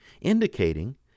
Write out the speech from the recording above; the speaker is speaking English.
indicating